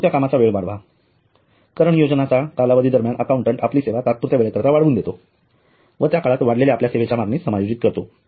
तात्पुरता कामाचा वेळ वाढवा कर नियोजनाच्या कालावधी दरम्यान अकाउंटंट आपली सेवा तात्पुरत्या वेळेकरीता वाढवून देतो व त्या काळात वाढलेल्या आपल्या सेवेच्या मागणीस समायोजित करतो